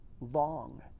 long